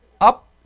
Up